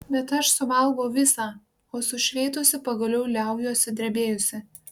bet aš suvalgau visą o sušveitusi pagaliau liaujuosi drebėjusi